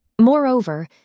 Moreover